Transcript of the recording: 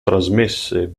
trasmesse